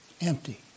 Empty